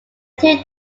two